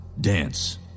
dance